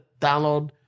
download